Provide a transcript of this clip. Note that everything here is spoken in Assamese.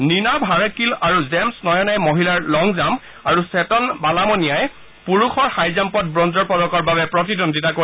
নিনা ভাৰাকিল আৰু জেমছ নয়নাই মহিলাৰ লং জাম্প আৰু চেতন বালামণিয়াই পুৰুষৰ হাই জাম্পত ব্ৰঞ্জৰ পদকৰ বাবে প্ৰতিদ্বন্দ্বিতা কৰিব